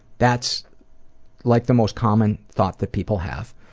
that's like the most common thought that people have,